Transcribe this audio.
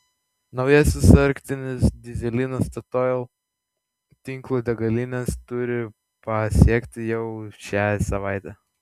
naujasis arktinis dyzelinas statoil tinklo degalines turi pasiekti jau šią savaitę